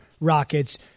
Rockets